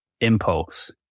impulse